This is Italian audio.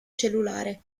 cellulare